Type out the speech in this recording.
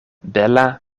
bela